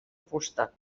fusta